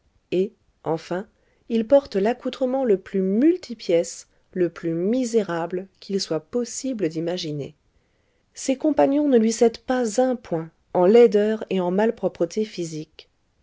et enfin il porte l'accoutrement le plus multipièce le plus misérable qu'il soit possible d'imaginer ses compagnons ne lui cèdent pas un point en laideur et en malpropreté physiques